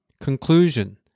conclusion